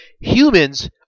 Humans